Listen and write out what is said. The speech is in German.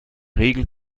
regel